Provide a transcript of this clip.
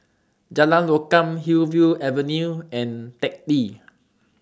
Jalan Lokam Hillview Avenue and Teck Lee